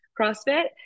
CrossFit